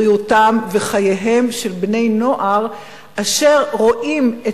בריאותם וחייהם של בני-נוער אשר רואים את